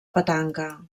petanca